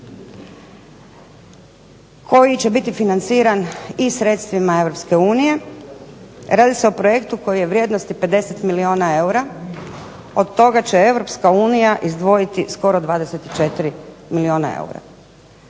koji će biti financiran i sredstvima Europske unije. Radi se o projektu koji je vrijednosti 50 milijuna eura. Od toga će Europska unija izdvojiti skoro 24 milijuna eura.